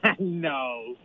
No